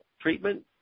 treatment